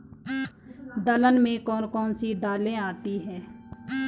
दलहन में कौन कौन सी दालें आती हैं?